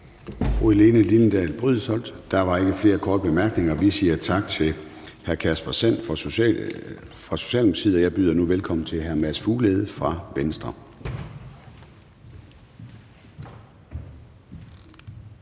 Formanden (Søren Gade): Der var ikke flere korte bemærkninger. Vi siger tak til hr. Kasper Sand Kjær fra Socialdemokratiet, og jeg byder nu velkommen til hr. Mads Fuglede fra Venstre.